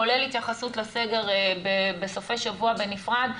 כולל התייחסות לסגר בסופי שבוע בנפרד,